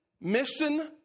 Mission